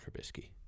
Trubisky